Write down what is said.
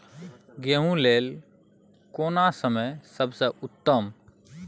गेहूँ लेल केना समय सबसे उत्तम?